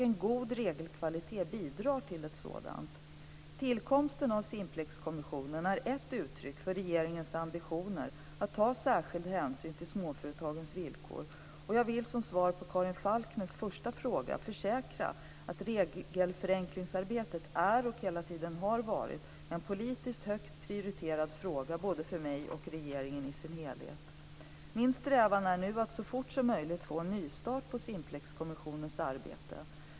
En god regelkvalitet bidrar till ett sådant. Tillkomsten av Simplexkommissionen är ett uttryck för regeringens ambitioner att ta särskild hänsyn till småföretagens villkor, och jag vill som svar på Karin Falkmers första fråga försäkra att regelförenklingsarbetet är och hela tiden har varit en politiskt högt prioriterad fråga både för mig och för regeringen i sin helhet. Min strävan är nu att så fort som möjligt få en nystart på Simplexkommissionens arbete.